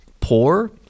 poor